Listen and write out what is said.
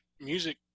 Music